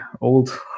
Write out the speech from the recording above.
old